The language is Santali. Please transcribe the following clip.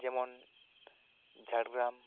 ᱡᱮᱢᱚᱱ ᱡᱷᱟᱲᱜᱨᱟᱢ